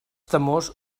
temors